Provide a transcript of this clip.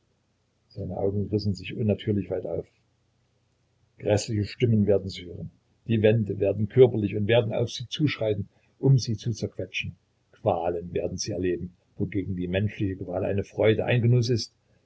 seine augen rissen sich unnatürlich weit auf gräßliche stimmen werden sie hören die wände werden körperlich und werden auf sie zuschreiten um sie zu zerquetschen qualen werden sie erleben wogegen die menschliche qual eine freude ein genuß ist